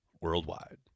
worldwide